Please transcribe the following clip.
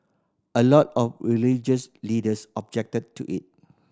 a lot of religious leaders objected to it